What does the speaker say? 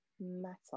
matter